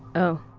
oh,